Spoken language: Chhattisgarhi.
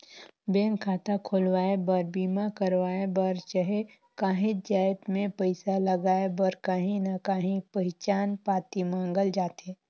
बेंक खाता खोलवाए बर, बीमा करवाए बर चहे काहींच जाएत में पइसा लगाए बर काहीं ना काहीं पहिचान पाती मांगल जाथे